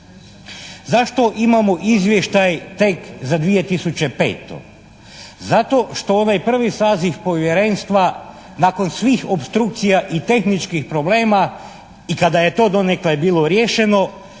Zašto imamo izvještaj tek za 2005.? Zato što ovaj prvi saziv Povjerenstva nakon svih opstrukcija i tehničkih problema i kada je to donekle bilo riješeno